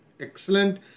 excellent